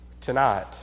Tonight